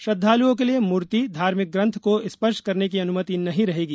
श्रद्वालुओं के लिये मूर्ति धार्मिक ग्रन्थ को स्पर्श करने की अनुमति नहीं रहेगी